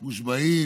מושבעים,